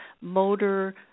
motor